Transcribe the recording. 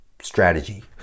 strategy